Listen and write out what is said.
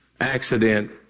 accident